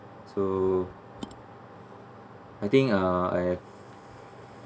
so I think uh I've